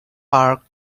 parke